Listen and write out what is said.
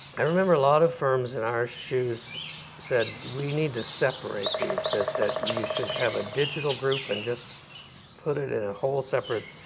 i remember a lot of firms in our shoes said, we need to separate these. that that you should have a digital group and just have it in a whole separate,